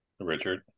Richard